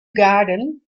garden